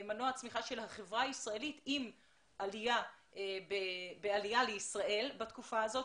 מנוע צמיחה של החברה הישראלית עם עלייה בעלייה לישראל בתקופה הזאת,